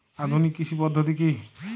আধুনিক কৃষি পদ্ধতি কী?